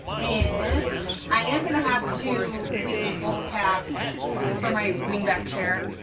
and i am gonna have to bleach both halves for my wing-back chair.